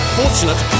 fortunate